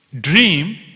dream